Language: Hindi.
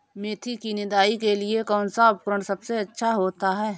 मेथी की निदाई के लिए कौन सा उपकरण सबसे अच्छा होता है?